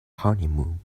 honeymoon